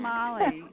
Molly